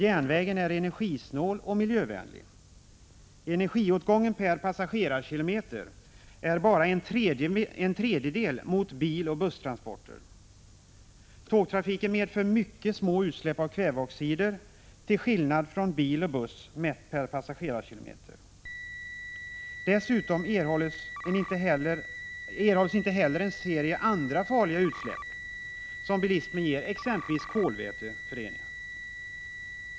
Järnvägen är energisnål och miljövänlig. Energiåtgången per passagerarkilometer är bara en tredjedel av åtgången vid biloch busstransporter. Tågtrafiken medför mycket små utsläpp av kväveoxider till skillnad från bil och buss mätt per passagerarkilometer. Dessutom erhålls inte heller en serie andra farliga utsläpp som bilismen ger, exempelvis kolväteföreningar.